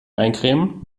eincremen